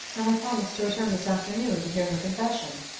and i promised to return this afternoon to hear her confession.